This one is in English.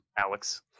Alex